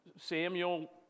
samuel